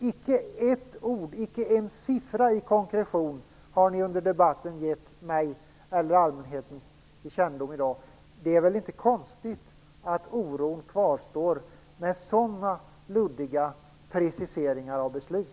Icke ett ord, icke en siffra i konkretion har ni givit mig eller allmänheten till känna under debatten i dag. Det är väl inte konstigt att oron kvarstår med sådana luddiga preciseringar av beslut?